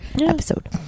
Episode